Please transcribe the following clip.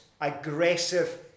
aggressive